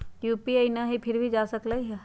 UPI न हई फिर भी जा सकलई ह?